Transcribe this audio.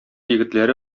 егетләре